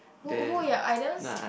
who who are your idols